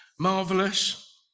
marvelous